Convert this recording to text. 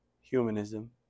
humanism